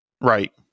right